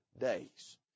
days